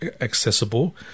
accessible